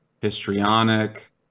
histrionic